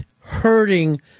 hurting